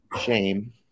shame